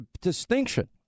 distinction